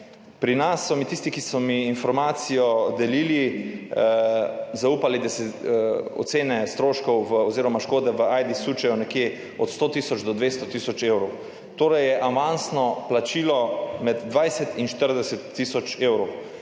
Pri nas so mi tisti, ki so mi informacijo delili, zaupali, da se ocene stroškov oziroma škode v Ajdi sučejo nekje od 100 tisoč do 200 tisoč evrov. Torej je avansno plačilo med 20 in 40 tisoč evrov.